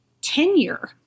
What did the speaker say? tenure